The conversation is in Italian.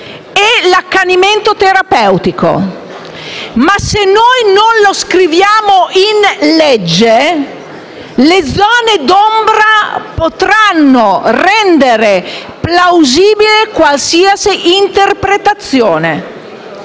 e l'accanimento terapeutico, ma se noi non lo scriviamo nel provvedimento, le zone d'ombra potranno rendere plausibile qualsiasi interpretazione.